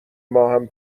ماهم